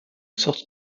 sorte